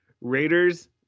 raiders